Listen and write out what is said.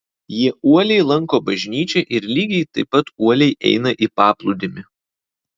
jie uoliai lanko bažnyčią ir lygiai taip pat uoliai eina į paplūdimį